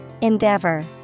Endeavor